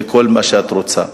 וכל מה שאת רוצה.